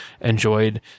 enjoyed